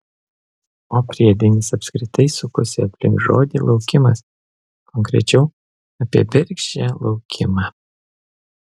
o priedainis apskritai sukosi aplink žodį laukimas konkrečiau apie bergždžią laukimą